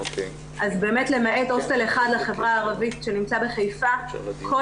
אז באמת למעט הוסטל אחד לחברה הערבית שנמצא בחיפה כל